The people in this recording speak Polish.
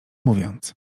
mówiąc